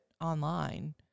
online